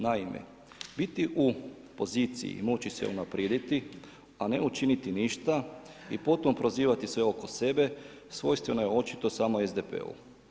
Naime, biti u poziciji i moći se unaprijediti, a ne učiniti ništa, i potom prozivati sve oko sebe, svojstveno je očito samo SDP-u.